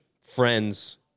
friends